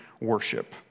worship